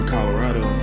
Colorado